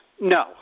No